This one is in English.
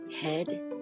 head